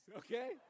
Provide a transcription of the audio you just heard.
okay